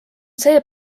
see